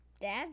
Dad